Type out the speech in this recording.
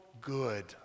good